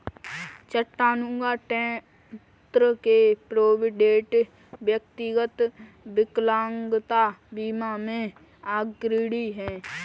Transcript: Chattanooga, Tenn के Provident, व्यक्तिगत विकलांगता बीमा में अग्रणी हैं